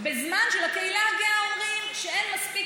בזמן שלקהילה הגאה אומרים שאין מספיק